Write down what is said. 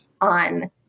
on